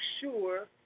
sure